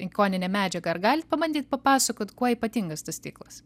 ikoninė medžiaga ar galit pabandyt papasakot kuo ypatingas tas stiklas